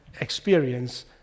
experience